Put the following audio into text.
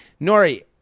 Nori